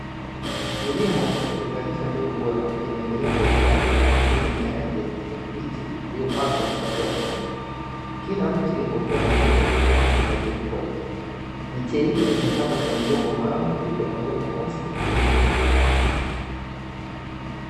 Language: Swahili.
Kilimo cha kuzalisha mbegu bora kinaendelea kwa ustadi kupitia mimea ya kijani kibichi iliyo pangwa kwa hatua sahihi, kila mche ukiwa na nafasi ya kutosha kwa ajili ya kukua vizuri, miche hii ime pandwa kwenye vyombo maalumu vikiwa na udongo mweusi wenye rutuba.